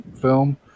film